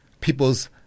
people's